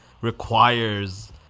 requires